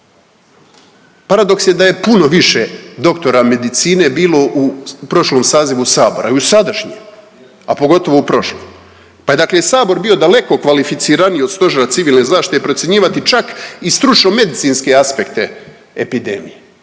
Paradoks je da je puno više doktora medicine bilo u prošlom sazivu Sabora i u sadašnjem, a pogotovo u prošlom, pa je dakle Sabor bio daleko kvalificiraniji od Stožera civilne zaštite procjenjivati čak i stručno medicinske aspekte epidemije.